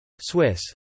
Swiss